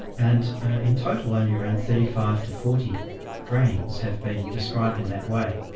and in total only around thirty five to forty brains have been described in that way.